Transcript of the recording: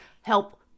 help